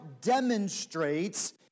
demonstrates